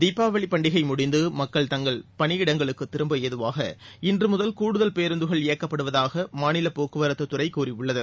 தீபாவளி பண்டிகை முடிந்து மக்கள் தங்கள் பணியிடங்களுக்குத் திரும்ப ஏதுவாக இன்றுமுதல் கூடுதல் பேருந்துகள் இயக்கப்படுவதாக மாநில போக்குவரத்துத்துறை கூறியுள்ளது